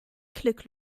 klick